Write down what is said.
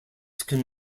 can